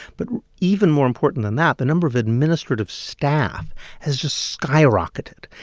but even more important than that, the number of administrative staff has just skyrocketed.